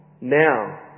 Now